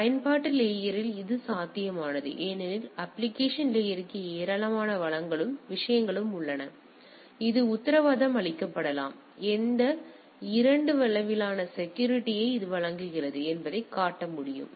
இப்போது பயன்பாட்டு லேயரில் இது சாத்தியமானது ஏனெனில் அப்ப்ளிகேஷன் லேயர்க்கு ஏராளமான வளங்களும் விஷயங்களும் உள்ளன மேலும் இது உத்தரவாதம் அளிக்கப்படலாம் இந்த 2 எந்த அளவிலான செக்யூரிட்டி ஐ இது வழங்குகிறது என்பதைக் காட்ட முடியும்